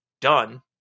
done